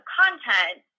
content